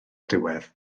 diwedd